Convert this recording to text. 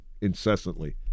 incessantly